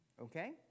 Okay